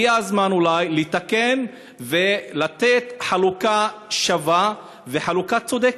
הגיע הזמן אולי לתקן ולתת חלוקה שווה וחלוקה צודקת.